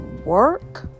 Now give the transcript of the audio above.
work